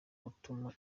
gutuma